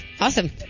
Awesome